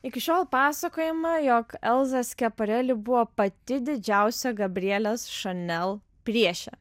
iki šiol pasakojama jog elza skepareli buvo pati didžiausia gabrielės chanel priešė